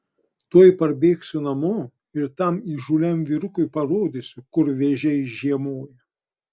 tuoj parbėgsiu namo ir tam įžūliam vyrukui parodysiu kur vėžiai žiemoja